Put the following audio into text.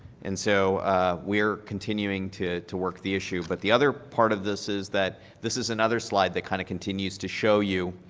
and so we are continuing to to work the issue, but the other part of this is that this is another slide that kind of continues just show you